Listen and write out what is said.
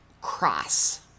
cross